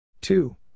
Two